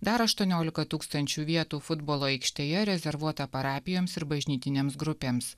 dar aštuoniolika tūkstančių vietų futbolo aikštėje rezervuota parapijoms ir bažnytinėms grupėms